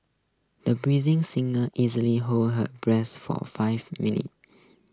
the singer easily held her breath for five minutes